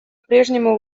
прежнему